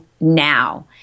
now